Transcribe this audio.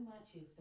matches